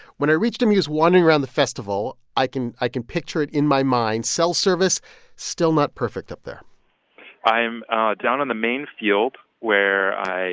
when i reached him, he was wandering around the festival. i can i can picture it in my mind. cell service still not perfect up there i am down on the main field where i